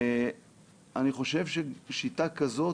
אני חושב ששיטה כזאת,